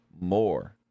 more